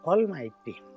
Almighty